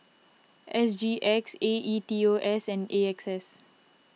S G X A E T O S and A X S